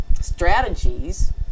strategies